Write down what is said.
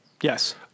Yes